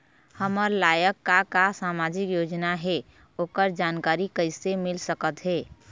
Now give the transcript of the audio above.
हमर लायक का का सामाजिक योजना हे, ओकर जानकारी कइसे मील सकत हे?